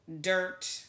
dirt